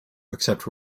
except